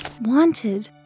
Wanted